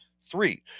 Three